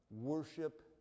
Worship